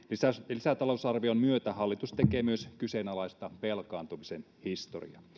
lisätalousarvion myötä hallitus tekee myös kyseenalaista velkaantumisen historiaa